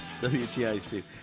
WTIC